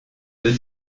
deux